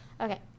Okay